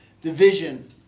division